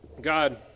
God